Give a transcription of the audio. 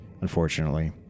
unfortunately